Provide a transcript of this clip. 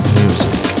music